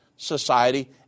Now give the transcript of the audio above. society